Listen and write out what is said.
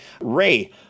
Ray